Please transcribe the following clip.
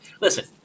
Listen